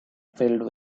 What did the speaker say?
filled